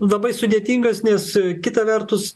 labai sudėtingas nes kita vertus